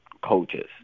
coaches